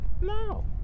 No